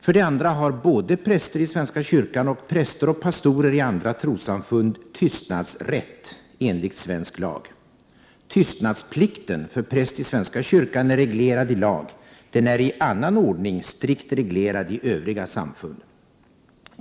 För det andra har både präster i svenska kyrkan och präster och pastorer i andra trossamfund tystnadsrätt enligt svensk lag. Tystnadsplikten för präst i svenska kyrkan är reglerad i lag, den är i annan ordning strikt reglerad i övriga samfund.